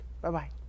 Bye-bye